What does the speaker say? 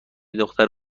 دختر